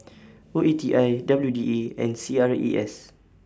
O E T I W D A and A C R E S